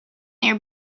near